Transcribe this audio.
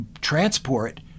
transport